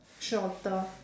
shorter